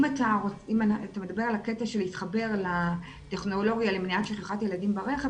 אם אתה מדבר על הקטע של להתחבר לטכנולוגיה למניעת שכחת ילדים ברכב,